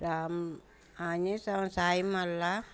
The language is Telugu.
రామ్ ఆంజనేయ స్వామి సహాయం వల్ల